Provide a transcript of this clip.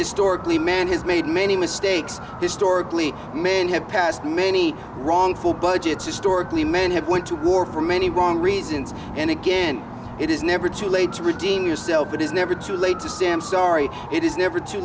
historically man has made many mistakes historically men have passed many wrong budgets historically men have went to war for many wrong reasons and again it is never too late to redeem yourself it is never too late to say i'm sorry it is never too